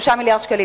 3 מיליארדי שקלים,